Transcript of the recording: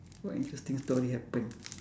what interesting story happened